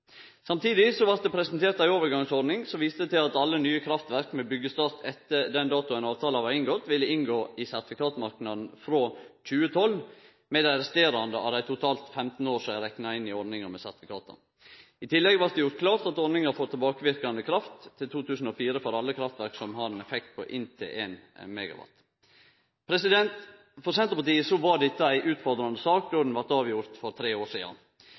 det presentert ei overgangsordning som viste til at alle nye kraftverk med byggestart etter den datoen avtala blei inngått, ville inngå i sertifikatmarknaden frå 2012 med dei resterande av dei totalt 15 år som er rekna inn i ordninga med sertifikata. I tillegg blei det gjort klart at ordninga får tilbakeverkande kraft til 2004 for alle kraftverk som har effekt på inntil 1 MW. For Senterpartiet var dette ei utfordrande sak då ho blei avgjord for tre år sidan.